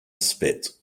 spit